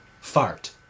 fart